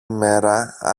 μέρα